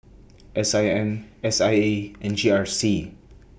S I M S I A and G R C